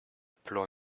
plan